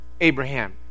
Abraham